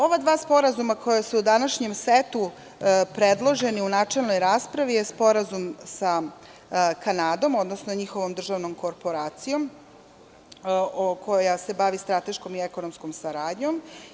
Ova dva sporazuma koja su u današnjem setu predloženi u načelnoj raspravi je Sporazum sa Kanadom, odnosno njihovom državnom korporacijom koja se bavi strateškom i ekonomskom saradnjom.